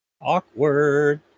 awkward